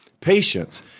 patience